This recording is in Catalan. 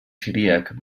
siríac